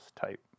type